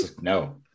No